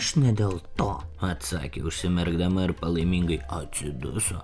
aš ne dėl to atsakė užsimerkdama ir palaimingai atsiduso